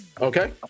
Okay